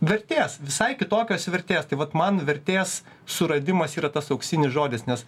vertės visai kitokios vertės tai vat man vertės suradimas yra tas auksinis žodis nes